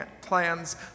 plans